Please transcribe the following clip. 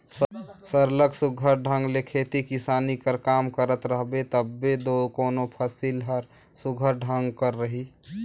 सरलग सुग्घर ढंग ले खेती किसानी कर काम करत रहबे तबे दो कोनो फसिल हर सुघर ढंग कर रही